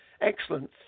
Excellent